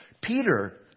Peter